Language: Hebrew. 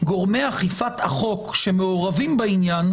גורמי אכיפת החוק שמעורבים בעניין,